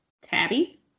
Tabby